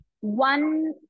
One